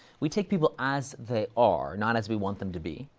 we take people as they are, not as we want them to be.